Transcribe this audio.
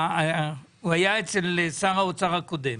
שהיה אצל שר האוצר הקודם